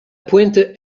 pointe